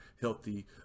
healthy